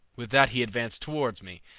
with that he advanced towards me,